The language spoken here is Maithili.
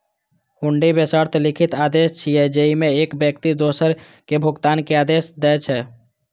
हुंडी बेशर्त लिखित आदेश छियै, जेइमे एक व्यक्ति दोसर कें भुगतान के आदेश दै छै